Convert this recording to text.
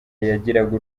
yagiraga